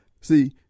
See